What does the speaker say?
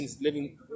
living